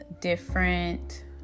different